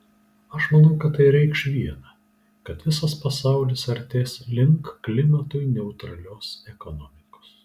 aš manau kad tai reikš viena kad visas pasaulis artės link klimatui neutralios ekonomikos